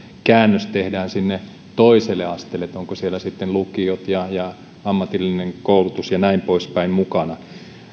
käännös tehdään sinne toiselle asteelle ovatko siellä lukiot ja ja ammatillinen koulutus ja näin poispäin mukana